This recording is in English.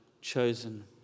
chosen